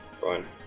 fine